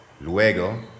luego